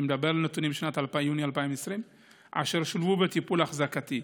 ואני מדבר על נתונים לשנת 2020 אשר שולבו בטיפול אחזקתי,